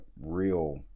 real